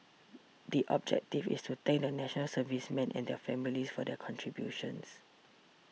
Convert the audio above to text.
the objective is to thank the National Servicemen and their families for their contributions